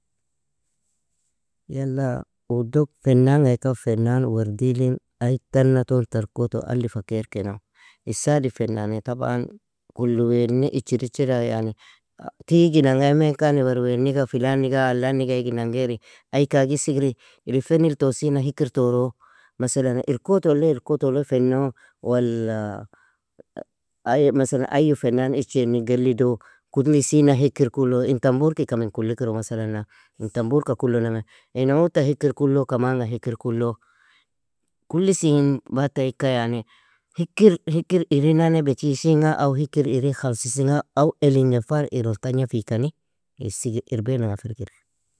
Yala udug fennan ga ikan fennan wardilin, aitana ton tarkoto alifa kairkeno. Isadin fennani taban kullu weani ichir ichira yani, tijinanga emeankani werwea niga filan niga alan niga iginan geari. Ai ika ag isigri, ir in fennil tosiina hikir toroo? Masalana ir koto le ir koto le fennoo? Walla masalana ayu fennan iche ni gelidoo? Kulisina hikir kulloo? In tambur ka ika min kullikroo masalana? In tambur ka kulloname in auuta hikir kullo? Kaman ga hikir kullo? Kullisin bata ika yani hikir, hikir irinan bityisinga aw hikir irin khalsisinga? Aw elingefan iron tagna fikani? Isige_irbeananga firgir.